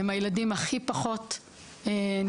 הם הילדים הכי פחות נספרים,